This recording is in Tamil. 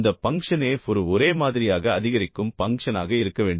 இந்த பங்க்ஷன் f ஒரு ஒரே மாதிரியாக அதிகரிக்கும் பங்க்ஷனாக இருக்க வேண்டும்